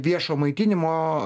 viešo maitinimo